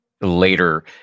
later